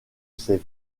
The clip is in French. ses